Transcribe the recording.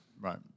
Right